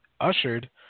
ushered